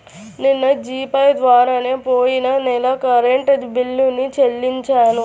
నిన్న G Pay ద్వారానే పొయ్యిన నెల కరెంట్ బిల్లుని చెల్లించాను